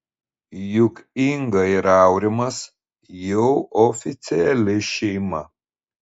juk inga ir aurimas jau oficiali šeima